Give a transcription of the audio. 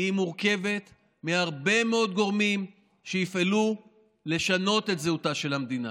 כי היא מורכבת מהרבה מאוד גורמים שיפעלו לשנות את זהותה של המדינה.